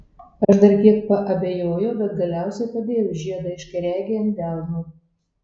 aš dar kiek paabejojau bet galiausiai padėjau žiedą aiškiaregei ant delno